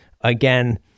again